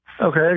Okay